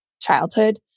childhood